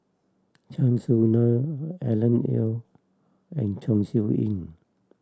Chan Soh Na Alan Oei and Chong Siew Ying